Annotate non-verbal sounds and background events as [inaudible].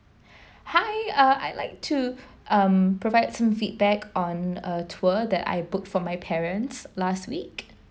[breath] hi uh I like to um provide some feedback on a tour that I booked for my parents last week